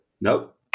Nope